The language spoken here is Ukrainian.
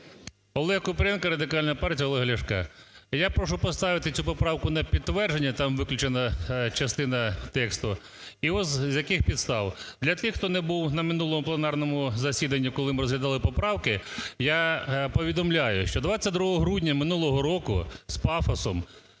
Олег Купрієнко, Радикальна партія Олега Ляшка. Я прошу поставити цю поправку на підтвердження, там виключена частина тексту, і от з яких підстав. Для тих, хто не був на минулому пленарному засіданні, коли ми розглядали поправки, я повідомляю, що 22 грудня минулого року з пафосом